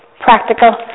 practical